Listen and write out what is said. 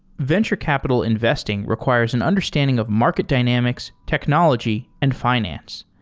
venture capital investing requires an understanding of market dynamics, technology and fi nance.